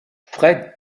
fred